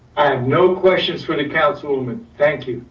no questions for the councilman. thank you.